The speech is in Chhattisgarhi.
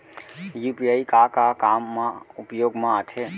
यू.पी.आई का का काम मा उपयोग मा आथे?